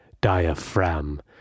diaphragm